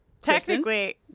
Technically